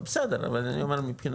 בסדר, אבל אני אומר מבחינת,